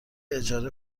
اجاره